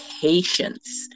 patience